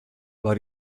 war